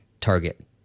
target